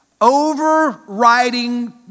overriding